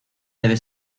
debe